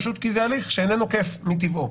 פשוט כי זה הליך שאיננו כיף מטבעו